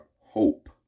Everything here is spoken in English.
hope